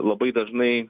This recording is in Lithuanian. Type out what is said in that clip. labai dažnai